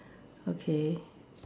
okay